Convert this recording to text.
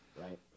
right